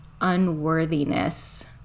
unworthiness